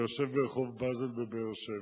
שיושב ברחוב באזל בבאר-שבע.